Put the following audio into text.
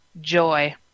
joy